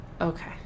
Okay